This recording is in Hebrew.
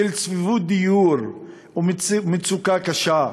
של צפיפות דיור ושל מצוקה קשה,